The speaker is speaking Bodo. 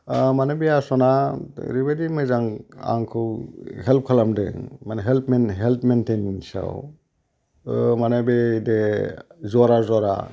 माने बे आसना ओरैबायदि मोजां आंखौ हेल्प खालामदों माने हेल्थ मेनटैनेन्साव माने बै बे जरा जरा